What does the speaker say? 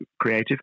creative